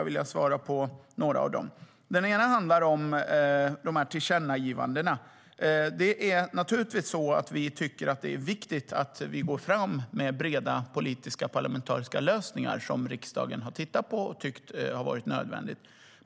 En av dem handlar om tillkännagivandena. Vi tycker naturligtvis att det är viktigt att vi går fram med breda politiska, parlamentariska lösningar som riksdagen har tittat på och tycker är nödvändiga.